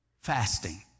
fasting